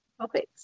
topics